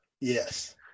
Yes